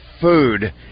food